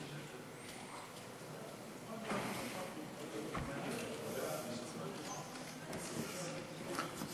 אדוני.